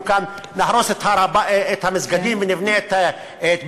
כאן: נהרוס את המסגדים ונבנה את בית-המקדש.